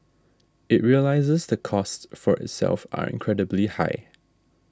it realises the costs for itself are incredibly high